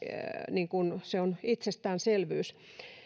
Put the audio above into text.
se on itsestäänselvyys